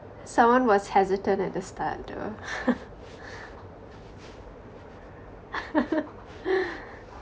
someone was hesitant at the start though